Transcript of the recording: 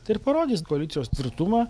tai ir parodys koalicijos tvirtumą